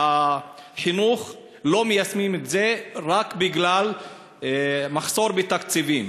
החינוך לא מיישמים את זה רק בגלל מחסור בתקציבים,